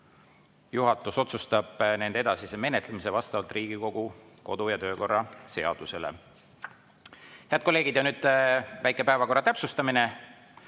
Juhatus otsustab nende edasise menetlemise vastavalt Riigikogu kodu- ja töökorra seadusele. Head kolleegid, nüüd väike päevakorra täpsustamine.